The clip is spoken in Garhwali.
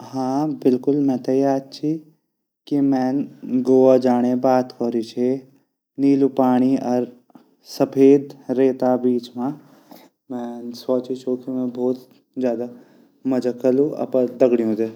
हाँ बिलकुल मेते याद ची की मैन गोवा जाणे बात कोरी छे नीलू पाणी अर सफ़ीद रेता बीच मा मैन सोची छौ की मैं भोत ज़्यादा मजा करलु अपरा दगड़्यो दे।